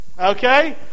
okay